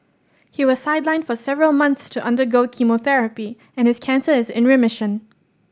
he was sidelined for several months to undergo chemotherapy and his cancer is in remission